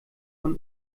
von